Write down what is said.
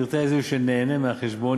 פרטי הזיהוי של נהנה מהחשבון,